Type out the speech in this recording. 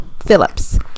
Phillips